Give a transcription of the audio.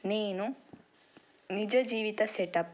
నేను నిజ జీవిత సెటప్